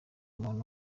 umuntu